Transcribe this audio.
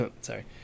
sorry